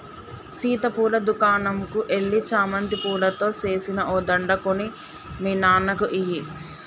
సీత పూల దుకనంకు ఎల్లి చామంతి పూలతో సేసిన ఓ దండ కొని మీ నాన్నకి ఇయ్యి